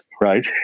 right